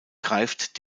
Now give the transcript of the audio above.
greift